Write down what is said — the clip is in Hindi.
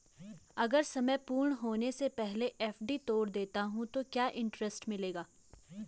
अगर समय पूर्ण होने से पहले एफ.डी तोड़ देता हूँ तो क्या इंट्रेस्ट मिलेगा?